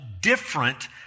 different